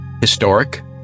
historic